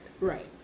Right